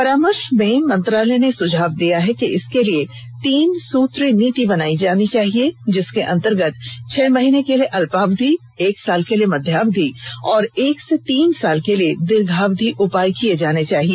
परामर्श में मंत्रालय ने सुझाव दिया है कि इसके लिए तीन सुत्री नीति बनायी जानी चाहिए जिसके अंतर्गत छह महीने के लिए अल्पावधि एक साल के लिए मध्यावधि और एक से तीन के लिए दीर्घावधि उपाय किये जाने चाहिए